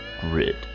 Grid